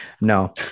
No